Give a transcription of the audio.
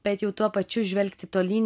bet jau tuo pačiu žvelgt tolyn